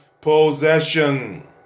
possession